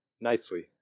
nicely